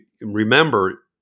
remember